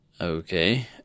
Okay